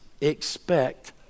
expect